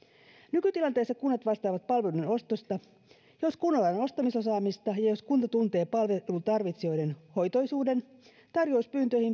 nykytilanteessa kunnat vastaavat palveluiden ostosta jos kunnalla on ostamisosaamista ja jos kunta tuntee palvelun tarvitsijoiden hoitoisuuden tarjouspyyntöihin